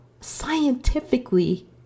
scientifically